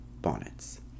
bonnets